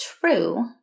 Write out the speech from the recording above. true